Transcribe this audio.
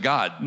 God